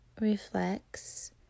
reflects